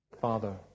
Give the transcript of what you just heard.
Father